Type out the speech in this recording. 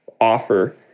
offer